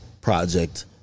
project